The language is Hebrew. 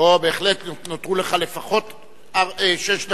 בהחלט, נותרו לך לפחות שש דקות.